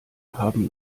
haben